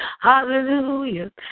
Hallelujah